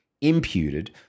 imputed